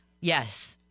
yes